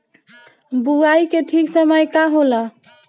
बुआई के ठीक समय का होला?